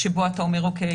שבו אתה אומר: או-קיי,